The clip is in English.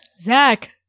Zach